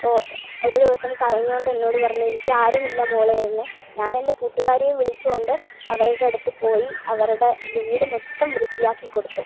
അപ്പോൾ ഒരു ദിവസം കരഞ്ഞോണ്ട് എന്നോട് പറഞ്ഞു എനിക്കാരുമില്ല മോളെ എന്ന് ഞാനെൻ്റെ കൂട്ടുകാരിയെ വിളിച്ചുകൊണ്ട് അവരുടെ അടുത്ത് പോയി അവരുടെ വീട് മൊത്തം വൃത്തിയാക്കി കൊടുത്തു